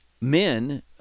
men